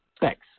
Thanks